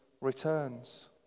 returns